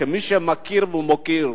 כמי שמכיר ומוקיר,